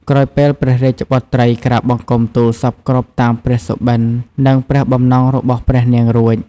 ក្រោយពេលព្រះរាជបុត្រីក្រាបបង្គំទូលសព្វគ្រប់តាមព្រះសុបិន និងព្រះបំណងរបស់ព្រះនាងរួច។